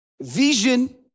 Vision